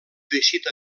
teixit